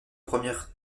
premières